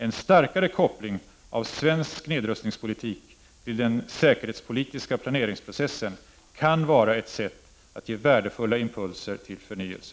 En starkare koppling av svensk nedrustningspolitik till den säkerhetspolitiska planeringsprocessen kan vara ett sätt att ge värdefulla impulser till förnyelse.